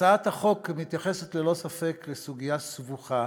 הצעת החוק מתייחסת ללא ספק לסוגיה סבוכה,